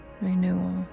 renewal